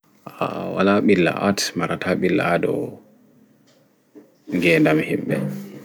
Aa wala ɓilla art marata ɓilla haɗou nge nɗam himɓe